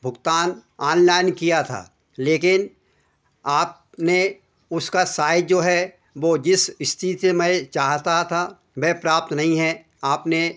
भुगतान आनलाइन किया था लेकिन आपने उसका साइज जो है वह जिस स्थिति मैं चाहता था वह प्राप्त नहीं है आपने